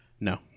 no